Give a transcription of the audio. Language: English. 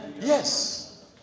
Yes